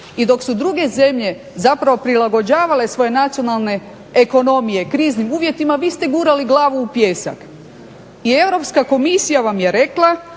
i dok su druge zemlje zapravo prilagođavale svoje nacionalne ekonomije kriznim uvjetima vi ste gurali glavu u pijesak i Europska komisija vam je rekla